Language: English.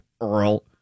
Earl